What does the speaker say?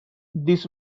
this